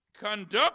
conduct